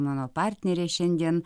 mano partnerė šiandien